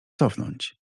cofnąć